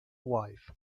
wife